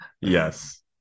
Yes